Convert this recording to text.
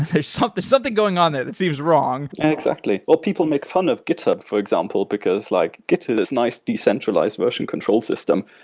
there's something something going on there that seems wrong exactly. well, people make fun of github for example, because like github is nice decentralized version control system.